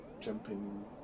Jumping